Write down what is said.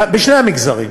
בשני המגזרים.